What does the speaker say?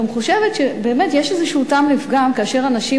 אני גם חושבת שבאמת יש איזה טעם לפגם כאשר אנשים